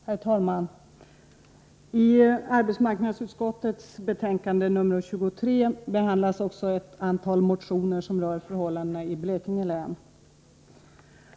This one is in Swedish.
Herr talman! I arbetsmarknadsutskottets betänkande nr 23 behandlas bl.a. ett antal motioner som rör förhållandena i Blekinge län.